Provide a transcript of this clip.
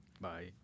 Bye